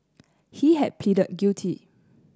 he had pleaded guilty